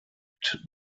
mit